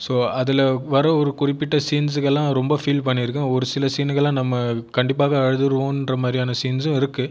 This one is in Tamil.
ஸோ அதில் வர ஒரு குறிப்பிட்ட சீன்ஸ்சுக்கு எல்லாம் ரொம்ப ஃபீல் பண்ணியிருக்கேன் ஒரு சில சீனுக்கு எல்லாம் நம்ம கண்டிப்பாக அழுதுருவோம் என்ற மாதிரியான சீன்ஸ்சும் இருக்குது